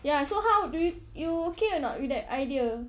ya so how do you you okay or not with that idea